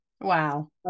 Wow